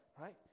right